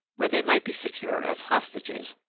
where they might be secure as hostages,